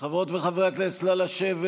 לשבת,